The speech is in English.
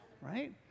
right